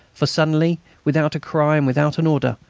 for suddenly, without a cry and without an order,